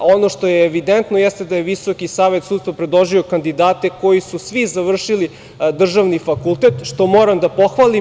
Ono što je evidentno jeste da je Visoki savet sudstva predložio kandidate koji su svi završili državni fakultet, što moram da pohvalim.